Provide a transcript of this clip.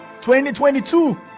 2022